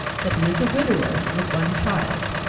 that he is a widower with one child,